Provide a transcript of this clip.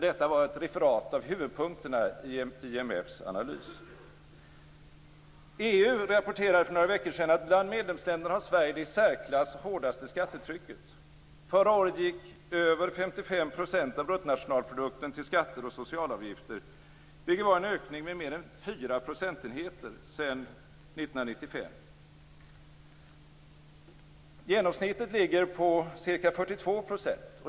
Detta var ett referat av huvudpunkterna i IMF:s analys. EU rapporterade för några veckor sedan att bland medlemsländerna har Sverige det i särklass hårdaste skattetrycket. Förra året gick över 55 % av bruttonationalprodukten till skatter och socialavgifter, vilket var en ökning med mer än 4 procentenheter sedan 1995. Genomsnittet ligger på ca 42 %.